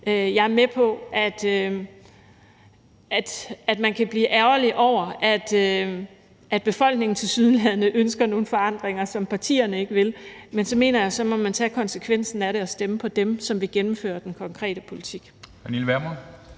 Jeg er med på, at man kan blive ærgerlig over, at befolkningen tilsyneladende ønsker nogle forandringer, som partierne ikke vil. Men så mener jeg, at man må tage konsekvensen af det og stemme på dem, som vil gennemføre den konkrete politik.